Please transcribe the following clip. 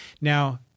Now